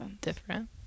different